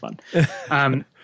fun